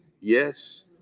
Yes